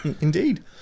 Indeed